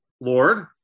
Lord